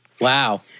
Wow